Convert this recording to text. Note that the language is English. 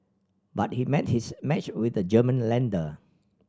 but he met his match with the German lender